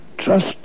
Trust